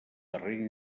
darrera